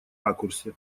ракурсе